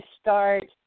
start